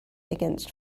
against